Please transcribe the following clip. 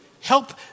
help